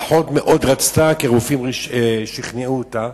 האחות מאוד רצתה, כי הרופאים שכנעו אותה,